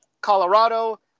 Colorado